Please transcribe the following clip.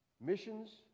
missions